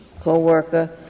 co-worker